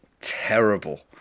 terrible